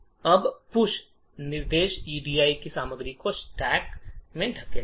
अब पुश निर्देश ईडी की सामग्री को स्टैक में धकेल देगा